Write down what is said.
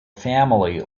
family